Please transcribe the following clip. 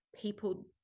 people